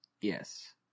Yes